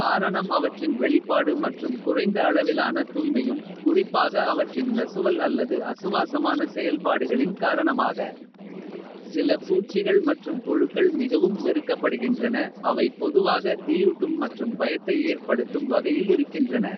காரணம் அவற்றின் வெளிப்பாடு. மற்றும் குறைந்த அளவிலான தூய்மையும் குறிப்பாக. அவற்றின் நசுவல் அல்லது அசுவாசமான செயல்பாடுகளின். காரணமாக சில பூச்சிகள் மற்றும் புழுக்கள் மிகவும். வெறுக்கப்படுகின்றன அவை பொதுவாக தீயூட்டும். மற்றும் பயத்தை ஏற்படுத்தும் வகையில் இருக்கின்றன.